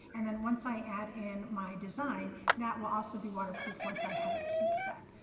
and then once i add in my design, that will also be waterproof once i have it heat set.